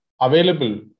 available